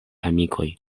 amikoj